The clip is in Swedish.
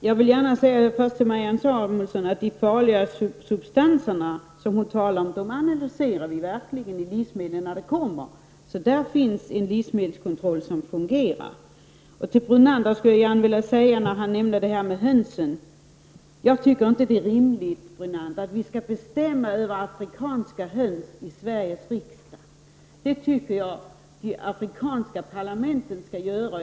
Herr talman! Jag vill först gärna säga till Marianne Samuelsson att de farliga substanserna i livsmedel som hon talade om analyserar vi verkligen när livsmedlen förs in i Sverige. Det finns alltså en livsmedelskontroll i detta sammanhang som fungerar. Beträffande det som Lennart Brunander sade om hönsen, vill jag säga att jag inte tycker att det är rimligt att vi skall bestämma över afrikanska höns i Sveriges riksdag. Det tycker jag att de afrikanska parlamenten skall göra.